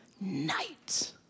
night